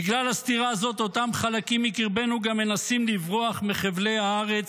בגלל הסתירה הזאת אותם חלקים מקרבנו גם מנסים לברוח מחבלי הארץ,